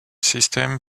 system